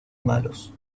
malos